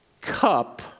Cup